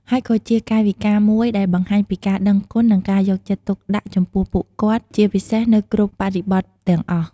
ហើយក៏ជាកាយវិការមួយដែលបង្ហាញពីការដឹងគុណ និងការយកចិត្តទុកដាក់ចំពោះពួកគាត់ ជាពិសេសនៅគ្រប់បរិបទទាំងអស់។